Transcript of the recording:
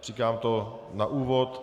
Říkám to na úvod.